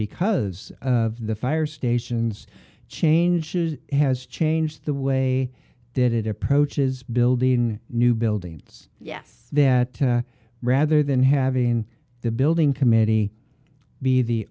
because of the fire stations changes has changed the way that it approaches building new buildings yes that rather than having the building committee be the